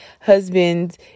husbands